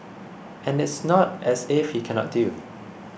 and it's not as if he cannot deal